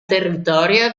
territorio